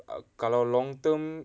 kalau long term